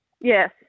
Yes